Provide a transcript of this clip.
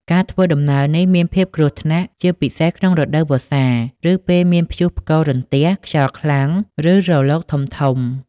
ការធ្វើដំណើរនេះមានភាពគ្រោះថ្នាក់ ជាពិសេសក្នុងរដូវវស្សា ឬពេលមានព្យុះផ្គររន្ទះ ខ្យល់ខ្លាំង ឬរលកធំៗ។